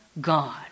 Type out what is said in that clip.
God